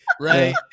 right